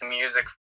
music